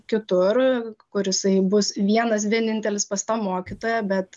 kitur kur jisai bus vienas vienintelis pas tą mokytoją bet